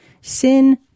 Sin